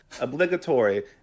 Obligatory